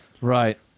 Right